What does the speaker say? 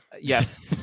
Yes